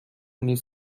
نیز